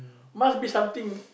must be something